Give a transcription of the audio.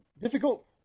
difficult